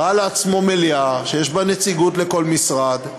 ראה לעצמו מליאה שיש בה נציגות לכל משרד,